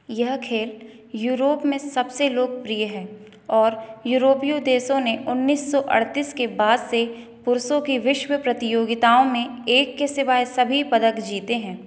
यह खेल यूरोप में सबसे लोकप्रिय है और यूरोपीय देशों ने उन्नीस सौ अड़तीस के बाद से पुरुषों की विश्व प्रतियोगिताओं में एक के सिवाय सभी पदक जीते हैं